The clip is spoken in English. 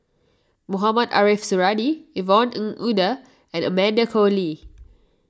Mohamed Ariff Suradi Yvonne Ng Uhde and Amanda Koe Lee